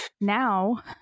now